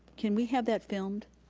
can we have that filmed?